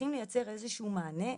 צריכים ליצר איזה שהוא מענה,